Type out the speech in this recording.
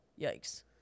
Yikes